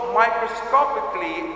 microscopically